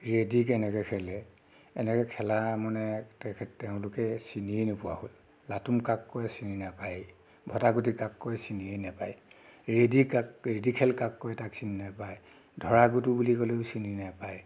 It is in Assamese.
ৰেডি কেনেকৈ খেলে এনেকৈ খেলা মানে তেখেত তেওঁলোকে চিনিয়ে নোপোৱা হ'ল লাটুম কাক কয় চিনি নাপায় ভটা গুটি কাক কয় চিনিয়েই নাপায় ৰেডি কাক ৰেডি খেল কাক কয় তাক চিনি নাপায় ধৰা গুড্ডু বুলি ক'লেও চিনি নাপায়